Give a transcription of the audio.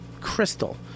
Crystal